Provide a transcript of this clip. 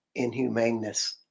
inhumaneness